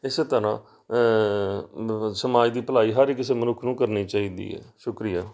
ਇਸੇ ਤਰ੍ਹਾਂ ਬਬ ਸਮਾਜ ਦੀ ਭਲਾਈ ਹਰ ਕਿਸੇ ਮਨੁੱਖ ਨੂੰ ਕਰਨੀ ਚਾਹੀਦੀ ਹੈ ਸ਼ੁਕਰੀਆ